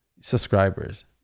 subscribers